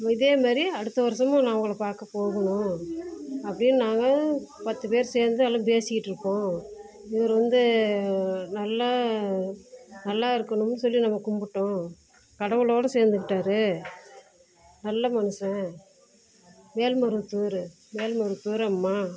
இதேமாரி அடுத்த வருடமும் நான் அவங்களை பார்க்க போகணும் அப்படின்னு நாங்கள் பத்துப்பேர் சேர்ந்து எல்லாம் பேசிக்கிட்டுருப்போம் இவர் வந்து நல்லா நல்லாருக்கணும்னு சொல்லி நாங்கள் கும்பிட்டோம் கடவுளோடு சேர்ந்துக்கிட்டாரு நல்ல மனுசன் மேல்மருவத்தூர் மேல்மருவத்தூர் அம்மா